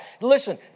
Listen